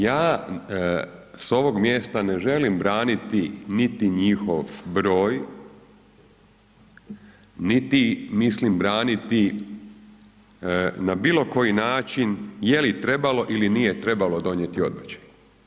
Ja s ovog mjesta ne želim braniti niti njihov broj niti mislim braniti na bilokoji način je li trebalo ili nije trebalo donijeti odbačaj.